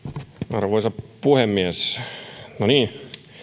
arvoisa puhemies